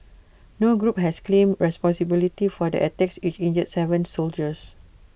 no group has claimed responsibility for the attacks which injured Seven soldiers